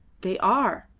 they are.